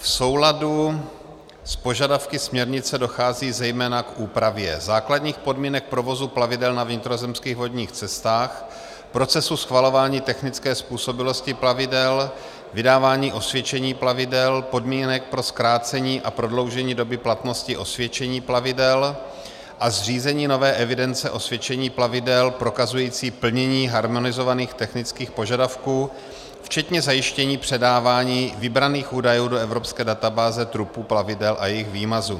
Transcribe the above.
V souladu s požadavky směrnice dochází zejména k úpravě základních podmínek provozu plavidel na vnitrozemských vodních cestách, procesu schvalování technické způsobilosti plavidel, vydávání osvědčení plavidel, podmínek pro zkrácení a prodloužení doby platnosti osvědčení plavidel a zřízení nové evidence osvědčení plavidel prokazující plnění harmonizovaných technických požadavků včetně zajištění předávání vybraných údajů do evropské databáze trupů plavidel a jejich výmazu.